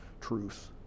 truth